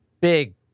big